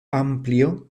amplio